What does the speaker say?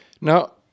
Now